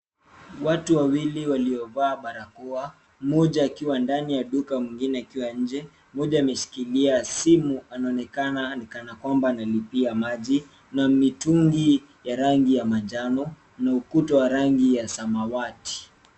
Watu wawili waliovaa barakoa, mmoja akiwa ndani ya duka mwingine akiwa nje. Mmoja ameshikilia simu anaonekana ni kana kwamba analipia maji na mitungi ya rangi ya manjano na ukuta wa rangi ya samawati.